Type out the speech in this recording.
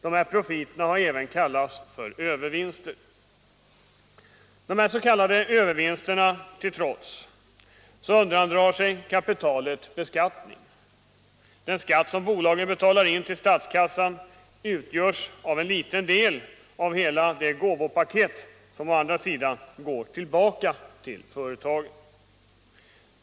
Dessa profiter har även kallats för ”övervinster”. Dessa s.k. övervinster till trots undandrar sig kapitalet beskattning. Den skatt som bolagen betalar in till statskassan utgör en liten del av hela det gåvopaket som går tillbaka till företagen.